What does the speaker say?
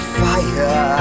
fire